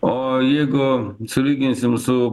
o jeigu sulyginsime su